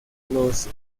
los